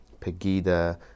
Pegida